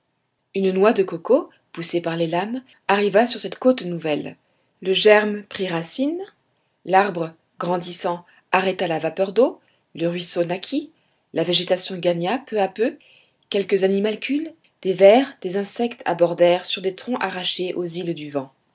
une noix de coco poussée par les lames arriva sur cette côte nouvelle le germe prit racine l'arbre grandissant arrêta la vapeur d'eau le ruisseau naquit la végétation gagna peu à peu quelques animalcules des vers des insectes abordèrent sur des troncs arrachés aux îles du vent